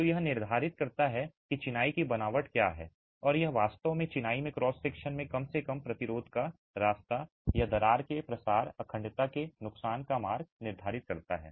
तो यह निर्धारित करता है कि चिनाई की बनावट क्या है और यह वास्तव में चिनाई में क्रॉस सेक्शन में कम से कम प्रतिरोध का रास्ता या दरार के प्रसार और अखंडता के नुकसान का मार्ग निर्धारित करता है